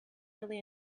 really